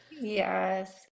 Yes